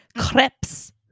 crepes